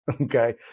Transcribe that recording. Okay